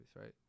right